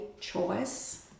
choice